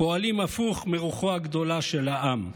פועלים הפוך מרוחו הגדולה של העם.